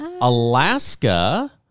Alaska